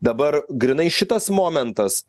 dabar grynai šitas momentas